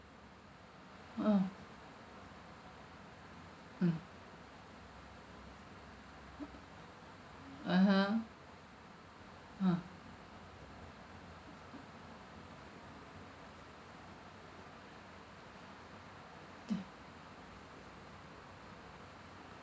a'ah mm (uh huh) ah